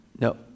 No